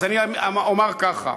אז אני אומר ככה: